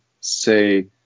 say